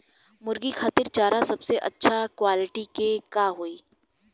मुर्गी खातिर चारा सबसे अच्छा क्वालिटी के का होई?